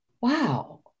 wow